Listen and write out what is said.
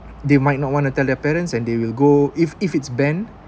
they might not want to tell their parents and they will go if if it's banned